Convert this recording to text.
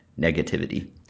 negativity